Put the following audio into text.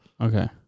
Okay